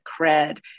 cred